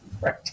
right